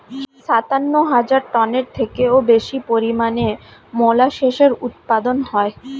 সাতান্ন হাজার টনের থেকেও বেশি পরিমাণে মোলাসেসের উৎপাদন হয়